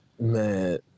Man